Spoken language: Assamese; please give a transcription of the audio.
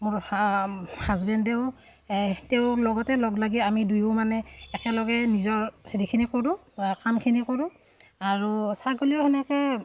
মোৰ হাজবেণ্ডেও তেওঁ লগতে লগ লাগি আমি দুয়ো মানে একেলগে নিজৰ হেৰিখিনি কৰোঁ কামখিনি কৰোঁ আৰু ছাগলীও সেনেকৈ